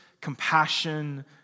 compassion